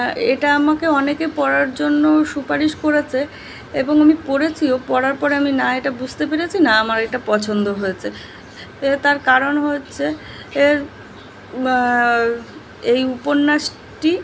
এটা আমাকে অনেকে পড়ার জন্য সুপারিশ করেছে এবং আমি পড়েছিও পড়ার পরে আমি না এটা বুঝতে পেরেছি না আমার এটা পছন্দ হয়েছে এবার তার কারণ হচ্ছে এর এই উপন্যাসটি